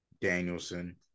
Danielson